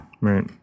Right